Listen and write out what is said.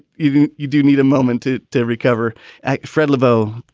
you you do need a moment to to recover fred lavoe,